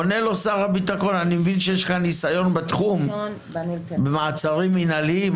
עונה לו שר הביטחון: אני מבין שיש לך ניסיון בתחום במעצרים מנהליים,